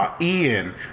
Ian